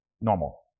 normal